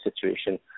situation